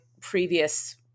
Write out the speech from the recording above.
previous